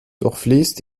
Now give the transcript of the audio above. durchfließt